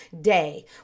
day